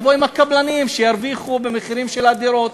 עם הקבלנים שירוויחו במחירים של הדירות.